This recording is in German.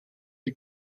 wie